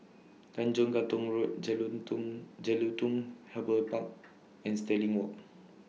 Tanjong Katong Road Jelutung Jelutung Harbour Park and Stirling Walk